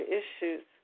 issues